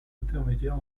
intermédiaire